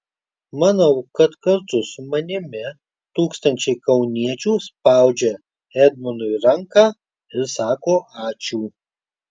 manau kad kartu su manimi tūkstančiai kauniečių spaudžia edmundui ranką ir sako ačiū